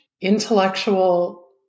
intellectual